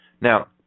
Now